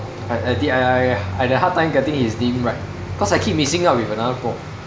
I I did I I I I had a hard time getting his name right cause I keep mixing up with another prof